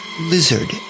Lizard